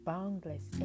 Boundless